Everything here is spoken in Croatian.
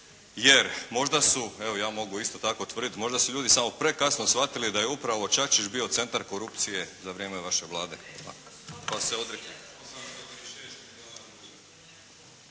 jer možda su, evo ja mogu isto tako tvrditi, možda su ljudi samo prekasno shvatili da je upravo Čačić bio centar korupcije za vrijeme vaše Vlade … /Govornik